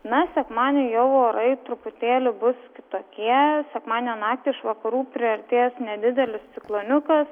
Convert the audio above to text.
na sekmadienį jau orai truputėlį bus kitokie sekmadienio naktį iš vakarų priartės nedidelis cikloniukas